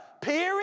period